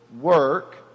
work